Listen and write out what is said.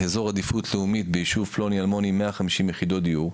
באזור עדיפות לאומית ביישוב פלוני אלמוני 150 יחידות דיור,